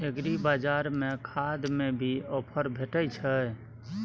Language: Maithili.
एग्रीबाजार में खाद में भी ऑफर भेटय छैय?